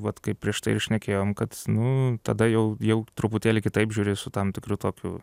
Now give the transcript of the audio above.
vat kaip prieš tai ir šnekėjom kad nu tada jau jau truputėlį kitaip žiūrėsiu su tam tikru tokiu